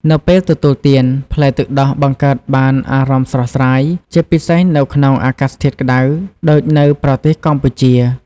នៅពេលទទួលទាន ផ្លែទឹកដោះបង្កើតបានអារម្មណ៍ស្រស់ស្រាយ ជាពិសេសនៅក្នុងអាកាសធាតុក្តៅដូចនៅប្រទេសកម្ពុជា។